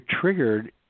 triggered